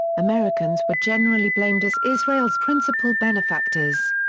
americans were generally blamed as israel's principal benefactors.